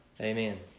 Amen